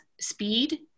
speed